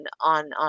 on